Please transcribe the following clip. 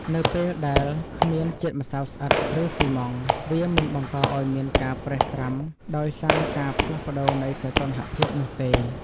នៅពេលដែលគ្មានជាតិម្សៅស្អិត ឬ ស៊ីម៉ងត៍ វាមិនបង្កឱ្យមានការប្រេះស្រាំដោយសារការផ្លាស់ប្ដូរនៃសីតុណ្ហភាពនោះទេ។